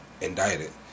indicted